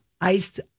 ice